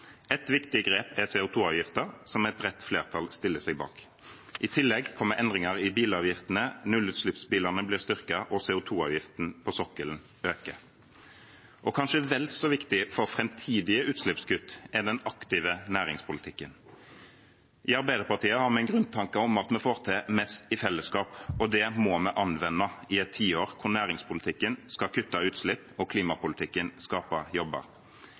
Et viktig grep er CO2-avgiften, som et bredt flertall stiller seg bak. I tillegg kommer endringer i bilavgiftene, nullutslippsbilene blir styrket og CO2-avgiften på sokkelen øker. Og kanskje vel så viktig for framtidige utslippskutt er den aktive næringspolitikken. I Arbeiderpartiet har vi en grunntanke om at vi får til mest i fellesskap, og det må vi anvende i et tiår hvor næringspolitikken skal kutte utslipp og klimapolitikken skape jobber.